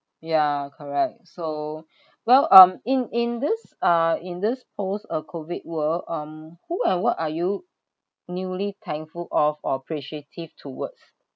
ya correct so well um in in this uh in this post uh COVID world um who and what are you newly thankful of or appreciative towards